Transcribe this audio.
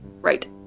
right